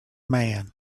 man